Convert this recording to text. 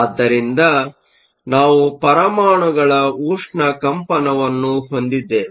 ಆದ್ದರಿಂದ ನಾವು ಪರಮಾಣುಗಳ ಉಷ್ಣ ಕಂಪನವನ್ನು ಹೊಂದಿದ್ದೇವೆ